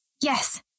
Yes